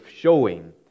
showing